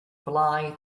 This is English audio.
fly